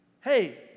Hey